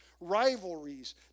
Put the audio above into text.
Rivalries